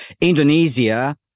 Indonesia